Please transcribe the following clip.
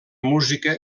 música